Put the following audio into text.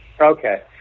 Okay